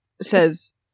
says